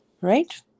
Right